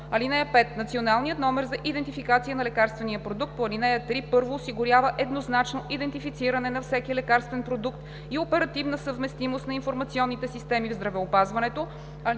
(5) Националният номер за идентификация на лекарствения продукт по ал. 3: 1. осигурява еднозначно идентифициране на всеки лекарствен продукт и оперативна съвместимост на информационните системи в здравеопазването;